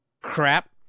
crap